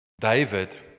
David